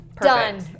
Done